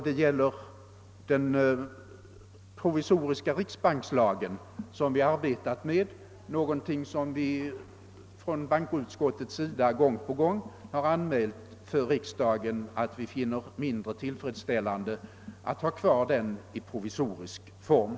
Det gäller här också den provisoriska riksbankslag som vi har arbetat med, och bankoutskottet har gång på gång anmält för riksdagen att det finner det mindre tillfredsställande att ha kvar lagen i provisorisk form.